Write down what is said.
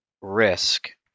risk